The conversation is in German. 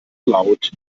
laut